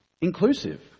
inclusive